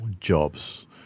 jobs